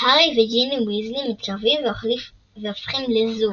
הארי וג'יני ויזלי מתקרבים והופכים לזוג.